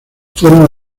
forma